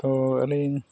ᱛᱳ ᱟᱹᱞᱤᱧ